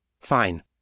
Fine